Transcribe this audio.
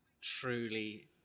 truly